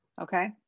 okay